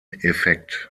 effekt